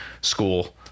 school